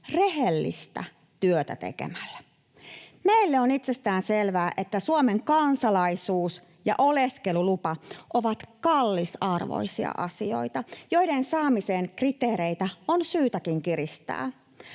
rehellistä työtä tekemällä. Meille on itsestään selvää, että Suomen kansalaisuus ja oleskelulupa ovat kallisarvoisia asioita, joiden saamisen kriteereitä on syytäkin kiristää.